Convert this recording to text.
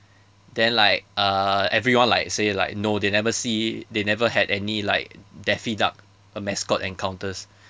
then like uh everyone like say like no they never see they never had any like daffy duck uh mascot encounters